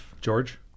George